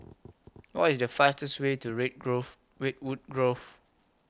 What IS The fastest Way to Red Grove Redwood Grove